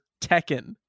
Tekken